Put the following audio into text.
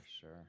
Sure